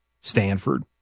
Stanford